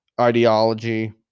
ideology